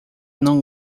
não